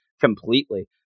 Completely